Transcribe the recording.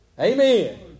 Amen